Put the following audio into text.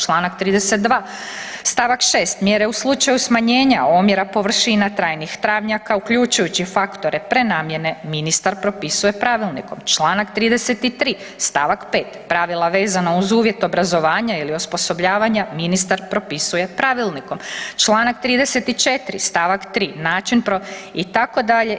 Članak 32. stavak 6. „Mjere u slučaju smanjenja omjera površina trajnih travnjaka uključujući faktore prenamjene ministar propisuje pravilnikom.“ Članak 33. stavak 5. „Pravila vezano uz uvjet obrazovanja ili osposobljavanja ministar propisuje pravilnikom.“ Članak 34. stavak 3. itd. itd.